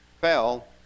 fell